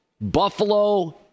Buffalo